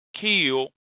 kill